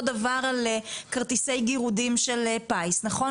הדבר על כרטיסי גירוד של פיס נכון?